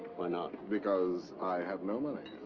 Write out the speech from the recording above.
why not? because, i have no money.